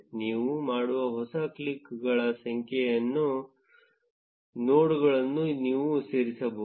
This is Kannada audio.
ನೀವು ಮಾಡುವ ಹೊಸ ಕ್ಲಿಕ್ಗಳ ಸಂಖ್ಯೆಯಷ್ಟು ನೋಡ್ಗಳನ್ನು ನೀವು ಸೇರಿಸಬಹುದು